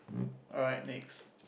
alright next